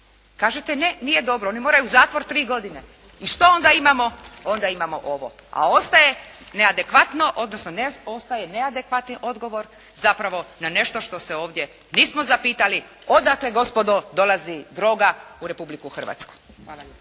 Kažete, ne nije dobro, oni moraju u zatvor tri godine. I što onda imamo? Onda imamo ovo. A ostaje neadekvatno, odnosno ne ostaje neadekvatni odgovor, zapravo na nešto što se ovdje nismo zapisati odakle gospodo dolazi droga u Republiku Hrvatsku.